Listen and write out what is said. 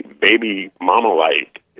baby-mama-like